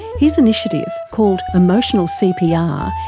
his initiative, called emotional cpr,